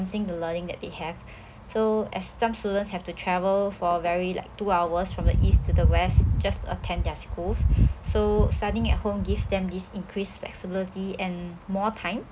enhancing the learning that they have so as some students have to travel for very like two hours from the east to the west just attend their schools so studying at home give them these increased flexibility and more time